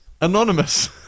anonymous